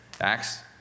Acts